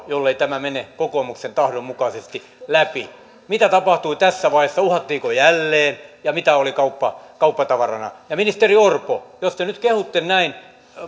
jollei tämä mene kokoomuksen tahdon mukaisesti läpi mitä tapahtui tässä vaiheessa uhattiinko jälleen ja mitä oli kauppatavarana ministeri orpo jos te nyt kehutte näin